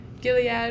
Gilead